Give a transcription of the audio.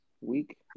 week